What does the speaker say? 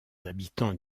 habitants